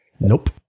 Nope